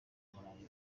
umunaniro